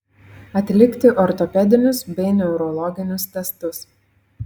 atlikti ortopedinius bei neurologinius testus